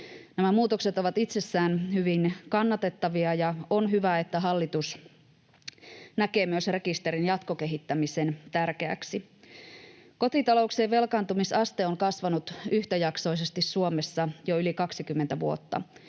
Nämä muutokset ovat itsessään hyvin kannatettavia, ja on hyvä, että hallitus näkee myös rekisterin jatkokehittämisen tärkeäksi. Kotitalouksien velkaantumisaste on kasvanut yhtäjaksoisesti Suomessa jo yli 20 vuotta.